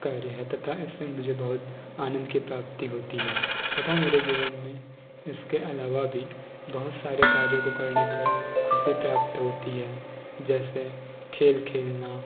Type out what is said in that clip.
कार्य है तथा इससे मुझे बहुत आनंद की प्राप्ति होती है तथा मेरे जीवन में इसके अलावा भी बहुत सारे कार्यों को करने पर खुशी प्राप्त होती है जैसे खेल खेलना